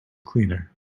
cleaner